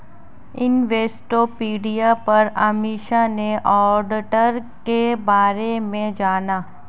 Investopedia पर अमीषा ने auditor के बारे में जाना